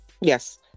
Yes